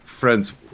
friends